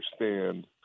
understand